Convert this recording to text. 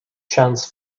chance